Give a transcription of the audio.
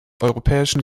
europäischen